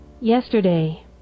Yesterday